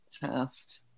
past